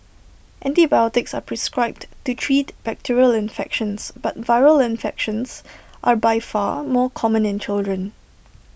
antibiotics are prescribed to treat bacterial infections but viral infections are by far more common in children